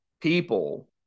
people –